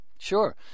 Sure